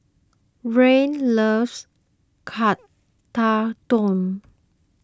Rian loves Tekkadon